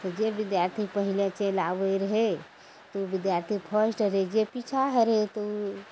तऽ जे विद्यार्थी पहिले चलि आबय रहय तऽ उ विद्यार्थी फर्स्ट रहय जे पीछा होइ रहय तऽ उ